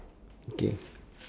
okay